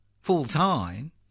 full-time